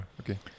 Okay